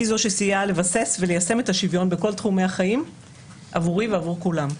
הם שסייעו לבסס וליישם את השוויון בכל תחומי החיים עבורי ועבור כולם.